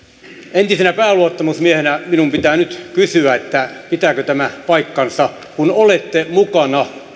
entisenä pääluottamusmiehenä minun pitää nyt kysyä pitääkö tämä paikkansa kun olette mukana